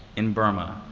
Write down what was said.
in burma,